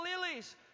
lilies